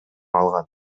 алган